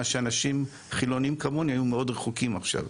מה שאנשים חילוניים כמוני היו מאוד רחוקים עכשיו.